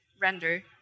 render